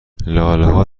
لالهها